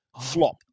flop